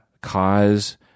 cause